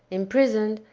imprisoned,